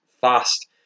fast